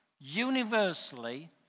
universally